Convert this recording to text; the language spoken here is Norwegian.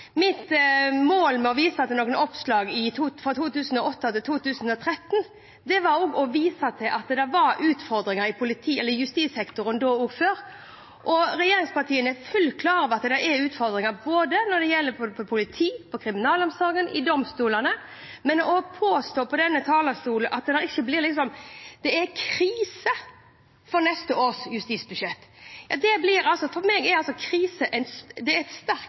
Mitt mål med å vise til noen oppslag fra 2008 til 2013 var å vise at det også før var utfordringer i justissektoren. Regjeringspartiene er fullt ut klar over at det er utfordringer, både når det gjelder politiet, kriminalomsorgen og domstolene. Men å påstå fra denne talerstolen at det er krise med neste års justisbudsjett – vel, for meg er krise et sterkt ord å bruke når en vet at det er